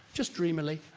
just dreamily,